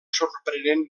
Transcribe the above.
sorprenent